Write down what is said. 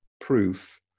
proof